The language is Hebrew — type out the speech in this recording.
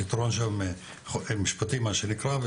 הפתרון שם משפטי, מה שנקרא.